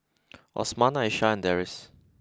Osman Aisyah and Deris